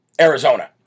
Arizona